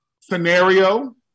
Scenario